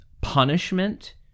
punishment